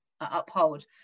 uphold